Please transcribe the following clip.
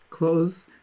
Close